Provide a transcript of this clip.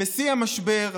בשיא המשבר,